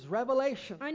revelation